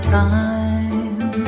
time